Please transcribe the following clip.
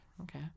Okay